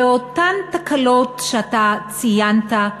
ואותן תקלות שציינת,